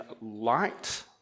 light